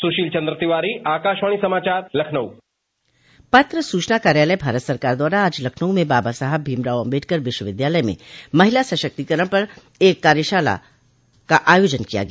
सुशील चन्द्र तिवारी आकाशवाणी समाचार लखनऊ पत्र सूचना कार्यालय भारत सरकार द्वारा आज लखनऊ में बाबा साहब भीमराव अम्बेडकर विश्वविद्यालय में महिला सशक्तीकरण पर एक कार्यशाला का आयोजन किया गया